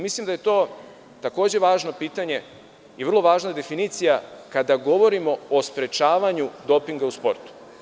Mislim da je to, takođe, važno pitanje i vrlo važna definicija kada govorimo o sprečavanju dopinga u sportu.